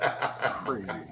Crazy